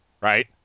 Right